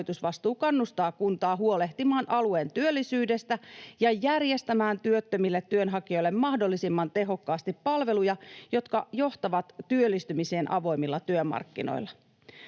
kannustaa kuntaa huolehtimaan alueen työllisyydestä ja järjestämään työttömille työnhakijoille mahdollisimman tehokkaasti palveluja, jotka johtavat työllistymiseen avoimilla työmarkkinoilla.